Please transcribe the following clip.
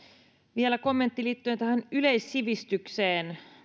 vielä kommentti liittyen tähän yleissivistykseen